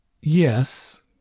Yes